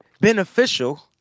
Beneficial